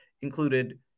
included